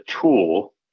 tool